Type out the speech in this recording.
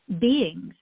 beings